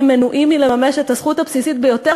מנועים מלממש את הזכות הבסיסית ביותר,